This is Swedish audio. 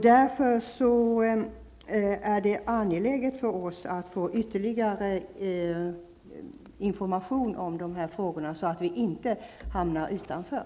Därför är det angeläget för oss att få ytterligare information om dessa frågor, så att vi inte hamnar utanför.